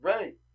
Right